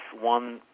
one